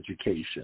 education